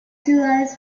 ciudades